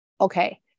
Okay